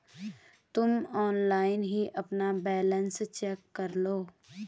तुम ऑनलाइन ही अपना बैलन्स चेक करलो